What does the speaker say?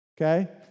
okay